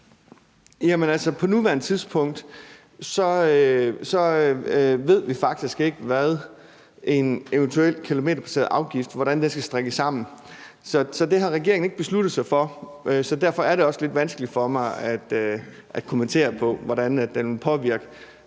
Jamen altså, på nuværende tidspunkt ved vi faktisk ikke, hvordan en kilometerbaseret afgift skal strikkes sammen. Det har regeringen ikke besluttet sig for, så derfor er det også vanskeligt for mig at kommentere på, hvordan den vil påvirke